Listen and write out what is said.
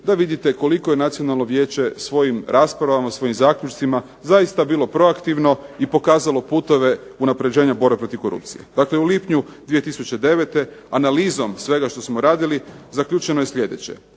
da vidite koliko je Nacionalno vijeće svojim raspravama, svojim zaključcima zaista bilo proaktivno i pokazalo putove unapređenja borbe protiv korupcije. Dakle, u lipnju 2009. analizom svega što smo radili zaključeno je sljedeće: